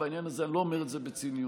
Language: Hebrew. ואני לא אומר את זה בציניות,